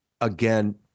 again